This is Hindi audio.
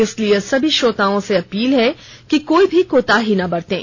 इसलिए सभी श्रोताओं से अपील है कि कोई भी कोताही ना बरतें